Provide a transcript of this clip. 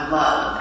love